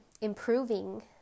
improving